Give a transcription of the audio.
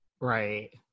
Right